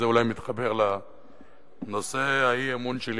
וזה אולי מתחבר לנושא האי-אמון שלי,